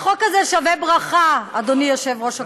הזה שווה ברכה, אדוני יושב-ראש הקואליציה.